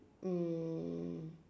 um